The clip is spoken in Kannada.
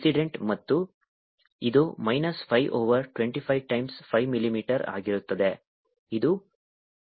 ಮತ್ತು ಇದು ಮೈನಸ್ 5 ಓವರ್ 25 ಟೈಮ್ಸ್ 5 mm ಆಗಿರುತ್ತದೆ ಇದು ಮೈನಸ್ 4 mm ಆಗಿದೆ